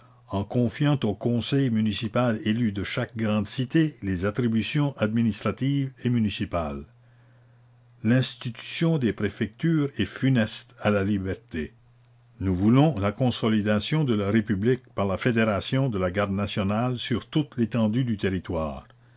en confiant au conseil municipal élu de chaque grande cité les attributions administratives et municipales l'institution des préfectures est funeste à la liberté nous voulons la consolidation de la république par la fédération de la garde nationale sur toute l'étendue du territoire